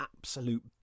absolute